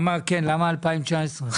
כן למה 2019?